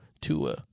Tua